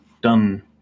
done